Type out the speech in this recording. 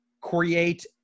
create